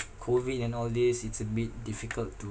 COVID and all these it's a bit difficult to